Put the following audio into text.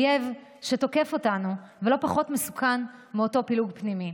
אויב שתוקף אותנו ולא פחות מסוכן מאותו פילוג פנימי,